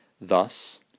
Thus